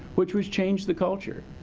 which was change the culture.